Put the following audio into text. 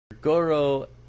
Goro